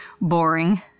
boring